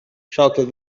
shouted